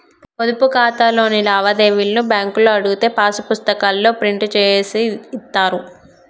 పొదుపు ఖాతాలోని లావాదేవీలను బ్యేంకులో అడిగితే పాసు పుస్తకాల్లో ప్రింట్ జేసి ఇత్తారు